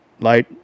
light